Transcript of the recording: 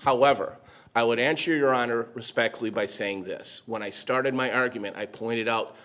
however i would answer your honor respectfully by saying this when i started my argument i pointed out